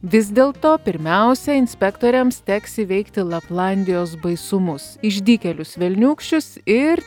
vis dėlto pirmiausia inspektoriams teks įveikti laplandijos baisumus išdykėlius velniūkščius ir